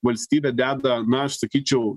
valstybė deda na aš sakyčiau